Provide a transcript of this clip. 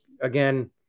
again